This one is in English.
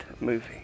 movie